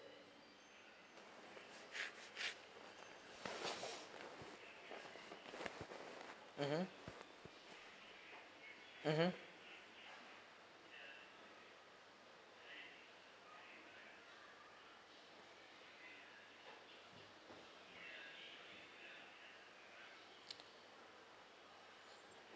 mmhmm mmhmm